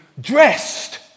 dressed